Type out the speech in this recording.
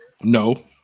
No